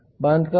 बांधकाम 7